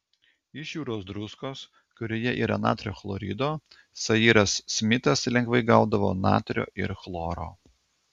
iš jūros druskos kurioje yra natrio chlorido sairas smitas lengvai gaudavo natrio ir chloro